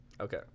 Okay